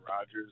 Rodgers